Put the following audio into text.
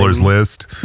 List